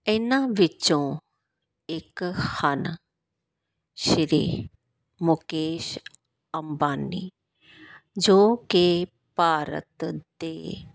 ਇਹਨਾਂ ਵਿੱਚੋਂ ਇੱਕ ਹਨ ਸ਼੍ਰੀ ਮੁਕੇਸ਼ ਅੰਬਾਨੀ ਜੋ ਕਿ ਭਾਰਤ ਦੇ